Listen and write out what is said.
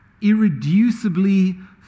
irreducibly